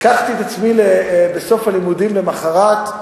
לקחתי את עצמי בסוף הלימודים למחרת,